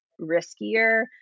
riskier